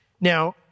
Now